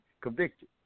convicted